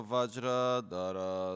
Vajradara